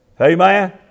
Amen